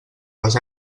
les